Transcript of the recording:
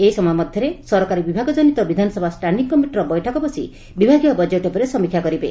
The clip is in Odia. ଏହି ସମୟ ମଧରେ ସରକାରୀ ବିଭାଗ ଜନିତ ବିଧାନସଭା ଷ୍ଟାଣ୍ଡିଂ କମିଟିର ବୈଠକ ବସି ବିଭାଗୀୟ ବଜେଟ୍ ଉପରେ ସମୀକ୍ଷା କରିବେ